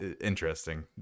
interesting